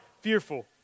fearful